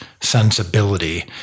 sensibility